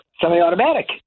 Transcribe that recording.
semi-automatic